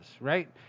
right